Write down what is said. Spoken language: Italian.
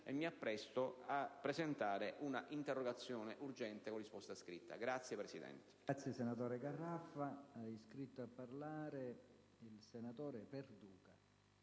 e mi appresto a presentare un'interrogazione urgente con risposta scritta. **Sul rispetto